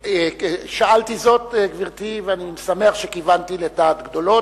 שאלתי זאת, גברתי, ואני שמח שכיוונתי לדעת גדולות.